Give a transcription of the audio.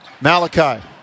Malachi